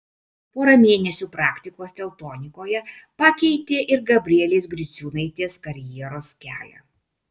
pora mėnesių praktikos teltonikoje pakeitė ir gabrielės griciūnaitės karjeros kelią